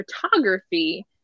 photography